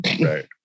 Right